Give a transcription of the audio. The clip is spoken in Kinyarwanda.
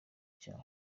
cya